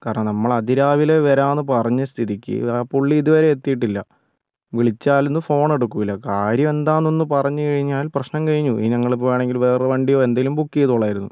കാരണം നമ്മൾ അതിരാവിലെ വരാം എന്ന് പറഞ്ഞ സ്ഥിതിക്ക് പുള്ളി ഇതുവരെ എത്തിയിട്ടില്ല വിളിച്ചാലൊന്നും ഫോൺ എടുക്കില്ല കാര്യം എന്താണ് എന്ന് ഒന്ന് പറഞ്ഞുകഴിഞ്ഞാൽ പ്രശ്നം കഴിഞ്ഞു ഇനി ഞങ്ങളിപ്പോൾ വേണമെങ്കിൽ വേറെ വണ്ടിയോ എന്തെങ്കിലും ബുക്ക് ചെയ്തോളാമായിരുന്നു